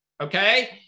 Okay